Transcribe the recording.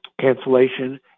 cancellation